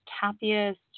happiest